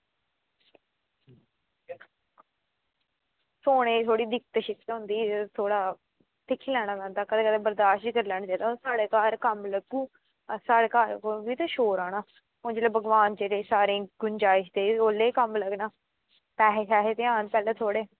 सोने दी थोह्ड़ी दिक्कत होंदी थोह्ड़ा दिक्खी लैना पौंदा कदें कदें बर्दाश्त बी करी लैना पौंदा ते ओह् साढ़े घर कम्म लग्गग ते असें साढ़े घरा बी ते शोर आना ते जेल्लै भगवान बंदे गी गुंजाईश देग ते उसलै गै कम्म लगदा पैसे ते हैन चल थोह्ड़े